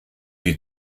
die